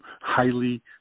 highly